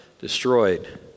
destroyed